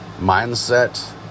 mindset